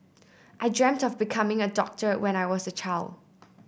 I dreamed of becoming a doctor when I was a child